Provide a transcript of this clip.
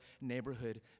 neighborhood